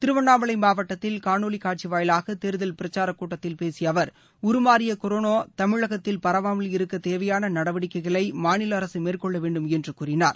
திருவண்ணாமலை மாவட்டத்தில் காணொளி காட்சி வாயிலாக தேர்தல் பிரச்சாரக் கூட்டத்தில் பேசிய அவர் உருமாறிய கொரோனா தமிழகத்தில் பரவாமல் இருக்க தேவையான நடவடிக்கைகளை மாநில அரசு மேற்கொள்ள வேண்டும் என்று கூறினார்